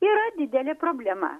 yra didelė problema